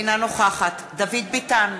אינה נוכחת דוד ביטן,